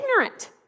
ignorant